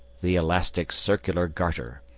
the elastic circular garter,